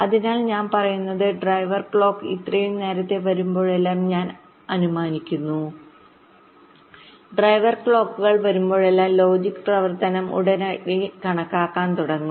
അതിനാൽ ഞാൻ പറയുന്നത് ഡ്രൈവർ ക്ലോക്ക് ഇത്രയും നേരത്തെ വരുമ്പോഴെല്ലാം ഞങ്ങൾ അനുമാനിക്കുന്നു ഡ്രൈവർ ക്ലോക്കുകൾ വരുമ്പോഴെല്ലാം ലോജിക് പ്രവർത്തനം ഉടനടി കണക്കാക്കാൻ തുടങ്ങും